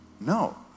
No